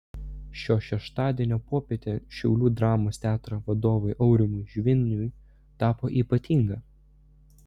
šio šeštadienio popietė šiaulių dramos teatro vadovui aurimui žviniui tapo ypatinga